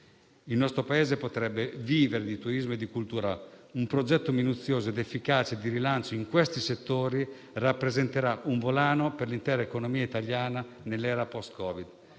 Il nostro Paese potrebbe vivere di turismo e di cultura. Un progetto minuzioso ed efficace di rilancio in questi settori rappresenterà un volano per l'intera economia italiana nell'era post-Covid-19.